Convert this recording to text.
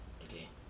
okay